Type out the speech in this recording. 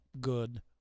good